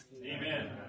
Amen